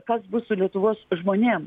kas bus su lietuvos žmonėm